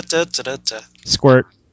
Squirt